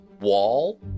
wall